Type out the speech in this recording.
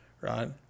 right